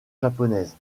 japonaise